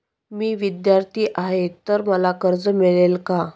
मी विद्यार्थी आहे तर मला कर्ज मिळेल का?